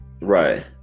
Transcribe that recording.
right